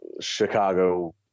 Chicago